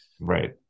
Right